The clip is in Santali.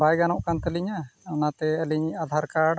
ᱵᱟᱭ ᱜᱟᱱᱚᱜ ᱠᱟᱱ ᱛᱟᱹᱞᱤᱧᱟ ᱚᱱᱟᱛᱮ ᱟᱹᱞᱤᱧ ᱟᱫᱷᱟᱨ ᱠᱟᱨᱰ